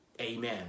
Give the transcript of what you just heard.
Amen